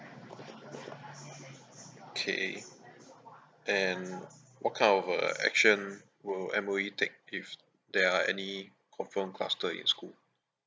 okay and what kind of uh action will M_O_E take if there are any confirmed cluster in school